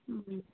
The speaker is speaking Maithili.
हूँ